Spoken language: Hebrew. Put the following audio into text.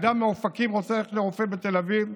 אדם מאופקים רוצה ללכת לרופא בתל אביב,